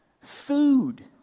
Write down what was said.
food